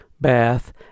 bath